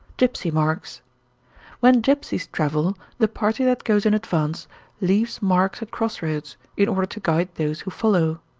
gipsy marks when gipsies travel, the party that goes in advance leaves marks at cross-roads, in order to guide those who follow.